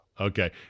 Okay